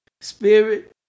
spirit